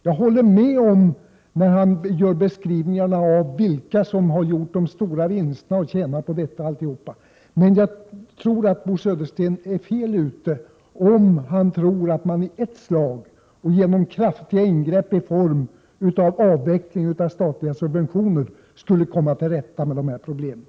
Jag håller med honom i beskrivningarna om vilka som har gjort de stora vinsterna och tjänat på detta, men jag anser att Bo Södersten är fel ute om han tror att man i ett slag och genom kraftiga ingrepp i form av avveckling av statliga subventioner skulle komma till rätta med de här problemen.